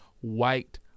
white